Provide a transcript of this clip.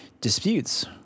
disputes